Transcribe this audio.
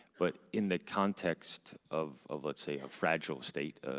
but in the context of of let's say a fragile state,